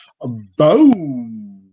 boom